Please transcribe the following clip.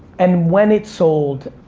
and when it sold,